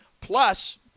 plus